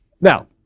Now